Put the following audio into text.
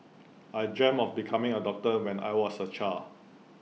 I dreamt of becoming A doctor when I was A child